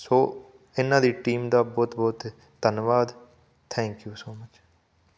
ਸੋ ਇਹਨਾਂ ਦੀ ਟੀਮ ਦਾ ਬਹੁਤ ਬਹੁਤ ਧੰਨਵਾਦ ਥੈਂਕ ਯੂ ਸੋ ਮਚ